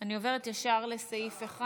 את 1 עד 5. אני עוברת ישר לסעיף 1,